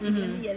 mm mm